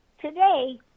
today